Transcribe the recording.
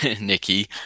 Nikki